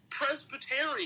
Presbyterian